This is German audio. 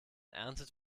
erntet